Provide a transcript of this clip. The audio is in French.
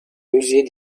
musée